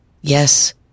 Yes